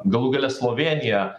galų gale slovėniją